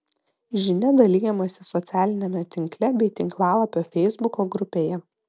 žinia dalijamasi socialiniame tinkle bei tinklalapio feisbuko grupėje